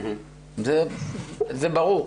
זה ברור.